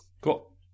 cool